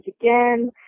again